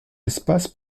espace